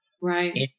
Right